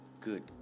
good